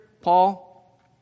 Paul